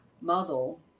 model